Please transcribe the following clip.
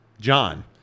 John